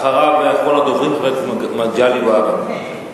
אחריו, אחרון הדוברים, חבר הכנסת מגלי והבה.